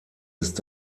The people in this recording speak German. ist